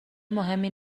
مهمی